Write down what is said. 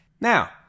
Now